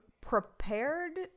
prepared